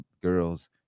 girls